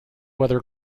whether